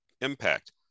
impact